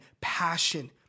passion